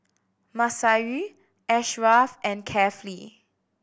Masayu Ashraf and Kefli